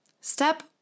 step